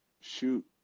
shoot